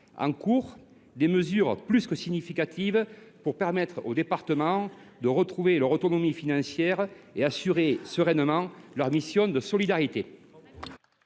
d’examen des mesures plus que significatives pour permettre aux départements de retrouver leur autonomie financière et d’assurer sereinement leurs missions de solidarité